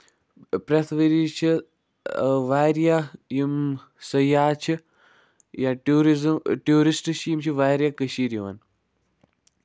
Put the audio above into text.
پرٮ۪تھ ؤری چھِ واریاہ یِم سیاحت چھِ یا ٹوٗرِزٔم ٹوٗرِسٹ چھِ یِم چھِ واریاہ کٔشیٖر یِوان